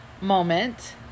moment